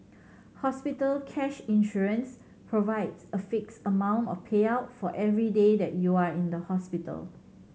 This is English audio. hospital cash insurance provides a fixed amount of payout for every day that you are in the hospital